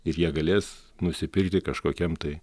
ir jie galės nusipirkti kažkokiam tai